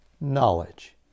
knowledge